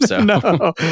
No